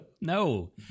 No